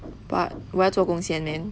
but 我要做工先 then